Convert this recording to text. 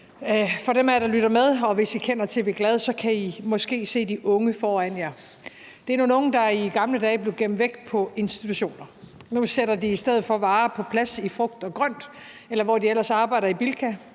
af jer, der lytter med, vil jeg sige, at hvis I kender TV Glad, kan I måske se de unge for jer. Det er nogle unge, der i gamle dage blev gemt væk på institutioner. Nu sætter de i stedet for varer på plads i frugt og grønt, eller hvor de ellers arbejder i Bilka.